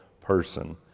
person